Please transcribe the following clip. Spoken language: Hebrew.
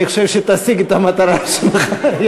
אני חושב שתשיג את המטרה שלך.